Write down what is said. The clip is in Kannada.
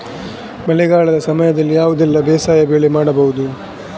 ಮಳೆಗಾಲದ ಸಮಯದಲ್ಲಿ ಯಾವುದೆಲ್ಲ ಬೇಸಾಯ ಬೆಳೆ ಮಾಡಬಹುದು?